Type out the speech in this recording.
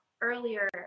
earlier